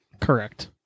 Correct